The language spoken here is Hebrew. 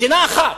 מדינה אחת,